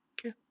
Okay